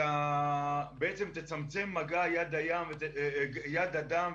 היא תצמצם מגע יד אדם,